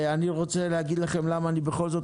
אני רוצה להגיד לכם למה אני בכל זאת